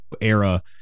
era